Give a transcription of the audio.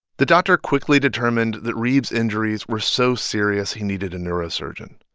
the doctor quickly determined that reeb's injuries were so serious, he needed a neurosurgeon.